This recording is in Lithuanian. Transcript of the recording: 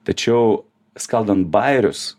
tačiau skaldant bajerius